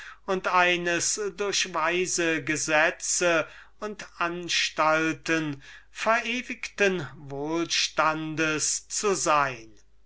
und einer durch weise gesetze und anstalten verewigten verfassung zu sein seine